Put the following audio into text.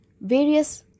various